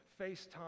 FaceTime